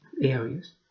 areas